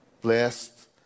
Blessed